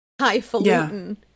highfalutin